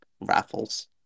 raffles